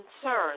concerns